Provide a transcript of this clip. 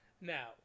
Now